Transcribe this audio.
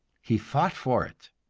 he fought for it.